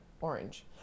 orange